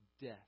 death